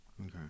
Okay